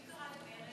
מי קרא למרד?